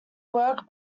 work